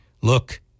look